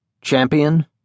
Champion